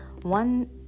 one